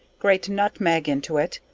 grate nutmeg into it,